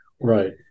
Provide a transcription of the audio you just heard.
Right